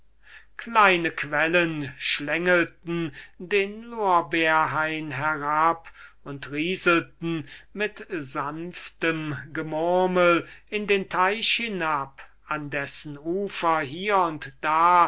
kleine quellen schlängelten den lorbeerhain herab und rieselten mit sanftem murmeln oder lächelndem klatschen in den see an dessen ufer hier und da